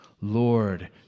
Lord